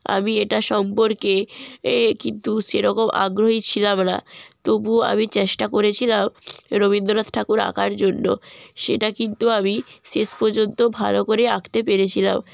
আমি এটা সম্পর্কে এ কিন্তু সেরকম আগ্রহী ছিলাম না তবুও আমি চেষ্টা করেছিলাম রবীন্দ্রনাথ ঠাকুর আঁকার জন্য সেটা কিন্তু আমি শেষ পর্যন্ত ভালো করে আঁকতে পেরেছিলাম